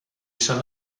schon